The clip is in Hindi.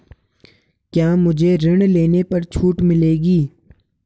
क्या मुझे ऋण लेने पर छूट मिलेगी?